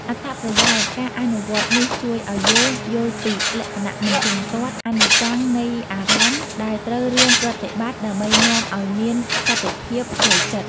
អត្ថប្រយោជន៍ ការអនុវត្តន៍នេះជួយឲ្យយើងយល់ពីលក្ខណៈមិនទៀងទាត់ អនិច្ចំនៃអារម្មណ៍ ដែលត្រូវរៀនប្រត្តិបត្តិដើម្បីនាំឲ្យមានសន្តិភាពផ្លូវចិត្ត។